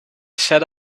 set